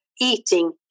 eating